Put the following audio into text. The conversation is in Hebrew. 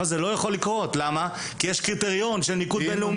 אבל זה לא יכול לקרות כי יש קריטריון של ניקוד בין-לאומי.